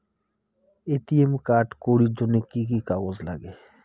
ATM card করির জন্যে কি কি কাগজ নাগে?